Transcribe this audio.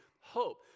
hope